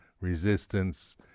resistance